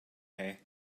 hay